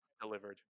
delivered